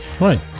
Right